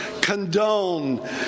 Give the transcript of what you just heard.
condone